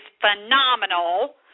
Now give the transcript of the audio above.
phenomenal